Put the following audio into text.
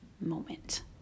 moment